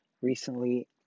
Recently